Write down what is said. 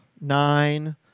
nine